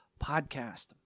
Podcast